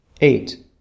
Eight